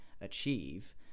achieve